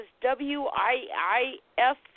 W-I-I-F